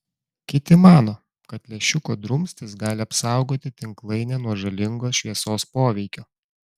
kiti mano kad lęšiuko drumstys gali apsaugoti tinklainę nuo žalingo šviesos poveikio